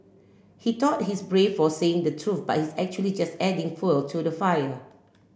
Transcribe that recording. he tout he's brave for saying the truth but he's actually just adding fuel to the fire